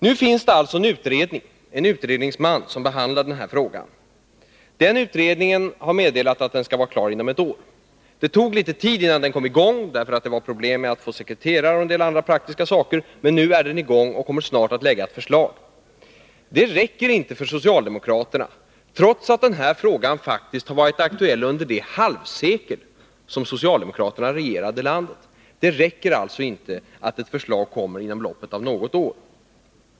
Nu finns det en utredning och en utredningsman som behandlar den här frågan. Utredningsmannen har meddelat att utredningen skall vara klar inom ett år. Det tog litet tid innan den kom i gång därför att det var problem med att få sekreterare och med en del andra praktiska saker, men nu kommer ett förslag snart att läggas fram. Det räcker inte för socialdemokraterna, trots att den här frågan faktiskt har varit aktuell under det halvsekel som socialdemokraterna regerade landet. Det räcker alltså inte att ett förslag kommer inom loppet av något år.